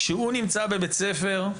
כשהוא נמצא בבית ספר,